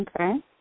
Okay